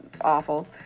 awful